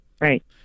Right